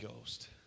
Ghost